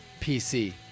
PC